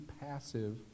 passive